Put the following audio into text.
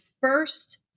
first